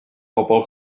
bobl